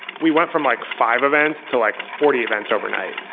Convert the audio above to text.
we went from like five events to like forty events overnight.